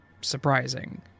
surprising